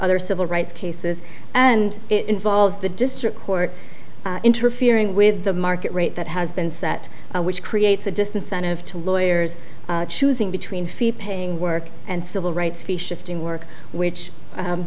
other civil rights cases and it involves the district court interfering with the market rate that has been set which creates a disincentive to lawyers choosing between fee paying work and civil rights fee shifting work which